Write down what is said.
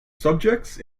subjects